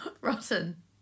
rotten